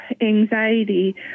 anxiety